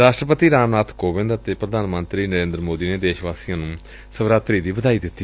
ਰਾਸ਼ਟਰਪਤੀ ਰਾਮ ਨਾਬ ਕੋਵਿੰਦ ਅਤੇ ਪ੍ਰਧਾਨ ਮੰਤਰੀ ਨਰੇਦਰ ਮੋਦੀ ਨੇ ਦੇਸ਼ ਵਾਸੀਆਂ ਨੂੰ ਸ਼ਿਵਰਾਤਰੀ ਦੀ ਵਧਾਈ ਦਿੱਤੀ